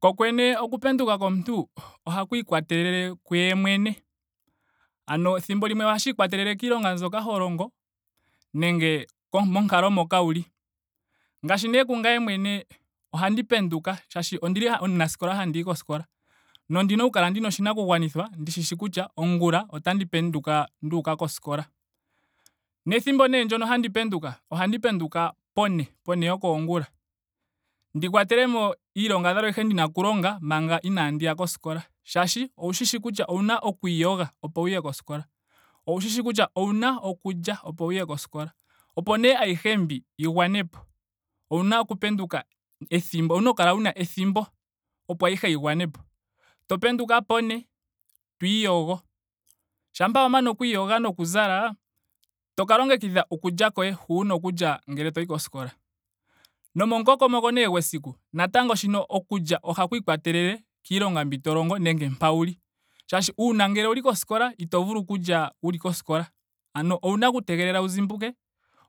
Kokwene oku penduka komuntu ohaku ikwatelele kuye mwene. Ano ethimbo limwe ohashi ikwatelele kiilonga mbyoka ho longo nenge monkalo moka wuli. Ngaashi nee kungame mwene ohandi penduka. shaashi ondili omunaskola handi yi koskola. nondina oku kala ndina oshinakugwanithwa ndi shishi kutya ongula otandi penduka nduuka koskola. nethimbo nee ndyono handi penduka ohandi penduka po ne. po ne yokoongula. ndi kwatelemo iilongadhalwa ayihe ndina oku longa manga inaandi ya koskola. Shaashi owu shishi kutya owuna oku iyoga. opo wuye koskola. owu shishi kutya owuna okulya opo wuye koskola. Opo nee ayihe mbi yi gwanepo owuna oku penduka ethimbo. owuna oku kala wuna ethimbo opo ayihe yi gwanepo. To penduka po ne. to iyogo. shampa wa mana oku iyoga noku zala. to ka longekidha okulya koye hu wuna oku lya ngele toyi koskola. Nomomukokomoko nee gwesiku. natango shino okulya. ohaku ikwatelele kiilonga mbi to longe nenge mpa wuli. Shaashi uuna ngele owuli koskola ito vulu oku lya wuli koskola. ano owuna oku tegelela wu zimbuke